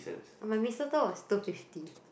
oh my mee-soto was two fifty